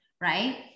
Right